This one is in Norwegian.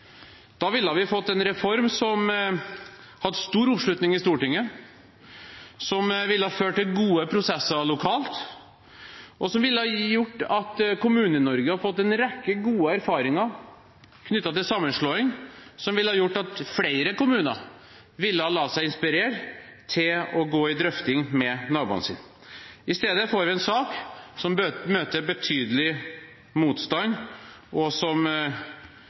Da ville vi fått en reform som hadde stor oppslutning i Stortinget, som ville ha ført til gode prosesser lokalt, og som ville gjort at Kommune-Norge hadde fått en rekke gode erfaringer knyttet til sammenslåing, som ville ha gjort at flere kommuner ville ha latt seg inspirere til å gå i drøfting med naboene sine. I stedet får vi en sak som møter betydelig motstand, og som